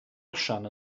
osian